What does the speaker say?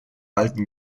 alten